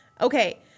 Okay